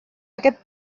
aquest